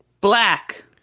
Black